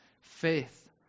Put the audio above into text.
Faith